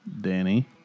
Danny